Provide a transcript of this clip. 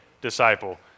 disciple